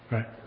Right